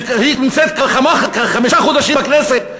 שנמצאת כאן חמישה חודשים בכנסת,